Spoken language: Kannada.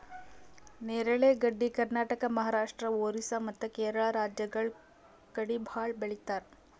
ನೇರಳೆ ಗಡ್ಡಿ ಕರ್ನಾಟಕ, ಮಹಾರಾಷ್ಟ್ರ, ಓರಿಸ್ಸಾ ಮತ್ತ್ ಕೇರಳ ರಾಜ್ಯಗಳ್ ಕಡಿ ಭಾಳ್ ಬೆಳಿತಾರ್